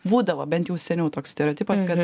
būdavo bent jau seniau toks stereotipas kad